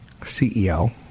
CEO